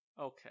okay